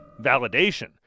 Validation